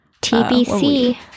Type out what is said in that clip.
TBC